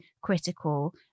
critical